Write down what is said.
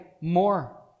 more